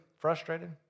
Frustrated